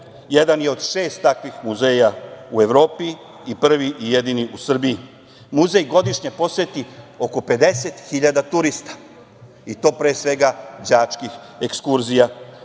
Jedan je od šest takvih muzeja u Evropi i prvi i jedini u Srbiji. Muzej godišnje poseti oko 50 hiljada turista i to pre svega đačkih ekskurzija,